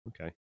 okay